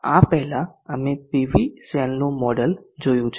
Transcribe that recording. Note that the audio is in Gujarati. આ પહેલા અમે પીવી સેલનું મોડેલ જોયું હતું